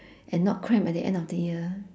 and not cramp at the end of the year